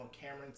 Cameron